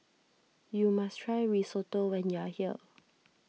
you must try Risotto when you are here